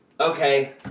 okay